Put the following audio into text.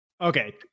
okay